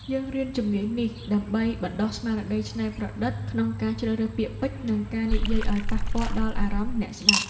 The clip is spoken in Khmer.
យើងរៀនជំនាញនេះដើម្បីបណ្ដុះស្មារតីច្នៃប្រឌិតក្នុងការជ្រើសរើសពាក្យពេចន៍ និងការនិយាយ ឱ្យប៉ះពាល់ដល់អារម្មណ៍អ្នកស្ដាប់។